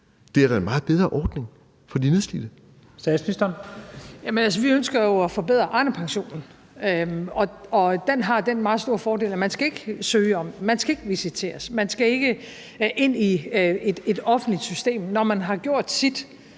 (Mette Frederiksen): Altså, vi ønsker jo at forbedre Arnepensionen, og den har den meget store fordel, at man ikke skal søge om noget, man skal ikke visiteres, man skal ikke ind i et offentligt system. Når man har gjort sit,